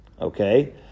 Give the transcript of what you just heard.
Okay